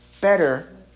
better